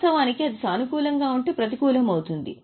వాస్తవానికి అది సానుకూలంగా ఉంటే ప్రతికూలం అవుతుంది